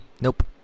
Nope